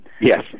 yes